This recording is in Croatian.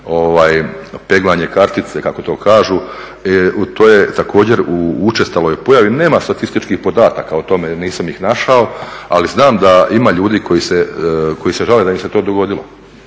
peglanje kartice kako to kažu. To je također u učestaloj pojavi. Nema statističkih podataka o tome, nisam ih našao. Ali znam da ima ljudi koji se žale da im se to dogodilo.